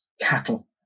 cattle